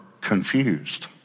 confused